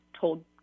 told